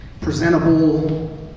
presentable